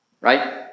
right